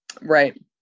Right